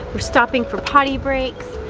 we're stopping for potty breaks,